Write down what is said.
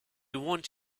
want